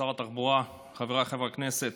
שר התחבורה, חבריי חברי הכנסת,